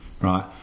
right